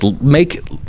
make